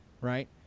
right